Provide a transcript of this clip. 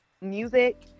music